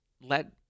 let